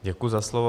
Děkuji za slovo.